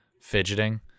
fidgeting